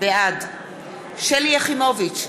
בעד שלי יחימוביץ,